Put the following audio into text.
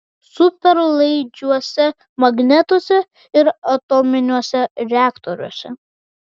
superlaidžiuose magnetuose ir atominiuose reaktoriuose